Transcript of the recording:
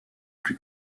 plus